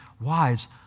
wives